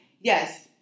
yes